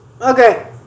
Okay